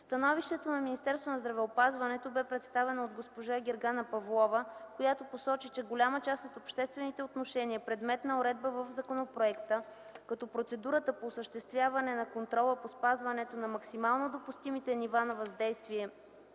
Становището на Министерствота на здравеопазването бе представено от госпожа Гергана Павлова, която посочи, че голяма част от обществените отношения, предмет на уредба в законопроекта, като процедурата по осъществяване на контрола по спазването на максимално допустимите нива на въздействие